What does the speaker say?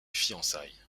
fiançailles